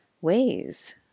ways